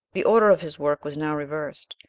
the order of his work was now reversed,